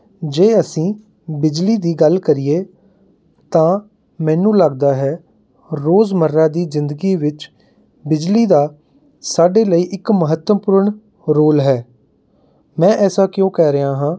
ਜੇ ਅਸੀਂ ਬਿਜਲੀ ਦੀ ਗੱਲ ਕਰੀਏ ਤਾਂ ਮੈਨੂੰ ਲੱਗਦਾ ਹੈ ਰੋਜ਼ ਮਰ੍ਹਾ ਦੀ ਜ਼ਿੰਦਗੀ ਵਿੱਚ ਬਿਜਲੀ ਦਾ ਸਾਡੇ ਲਈ ਇੱਕ ਮਹੱਤਵਪੂਰਨ ਰੋਲ ਹੈ ਮੈਂ ਐਸਾ ਕਿਉਂ ਕਹਿ ਰਿਹਾ ਹਾਂ